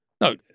No